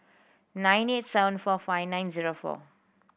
nine eight seven four five nine zero four